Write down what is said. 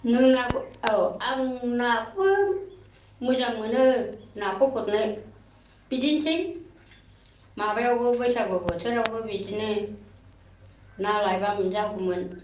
नों ना औ आं नाखौबो मोजां मोनो नाखौ गुरनो बिदिनोसै माबायावबो बैसागु बोथोरावबो बिदिनो ना लायबा मोनजागौमोन